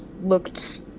looked